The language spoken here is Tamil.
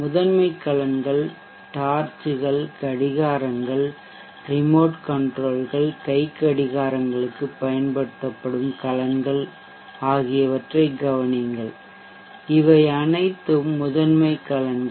முதன்மை கலன்கள் டார்ச்ச்கள் கடிகாரங்கள் ரிமோட் கண்ட்ரோல்கள் கைக்கடிகாரங்களுக்குப் பயன்படுத்தப்படும் கலன்கள் ஆகியவற்றைக் கவனியுங்கள் அவை அனைத்தும் முதன்மை கலன்கள்